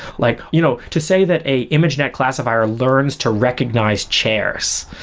like you know to say that a imagenet classifier learns to recognize chairs,